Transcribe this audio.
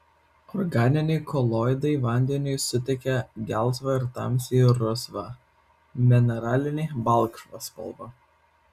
organiniai koloidai vandeniui suteikia gelsvą ir tamsiai rusvą mineraliniai balkšvą spalvą